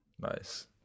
Nice